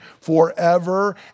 forever